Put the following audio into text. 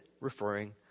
referring